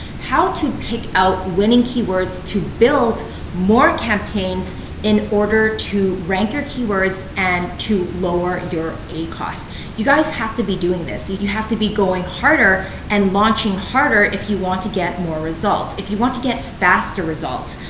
how to pick out winning keywords to build more campaigns in order to rank your keywords and to lower your acos. you guys have to be doing this. you you have to be going harder and launching harder if you want to get more results, if you want to get faster results.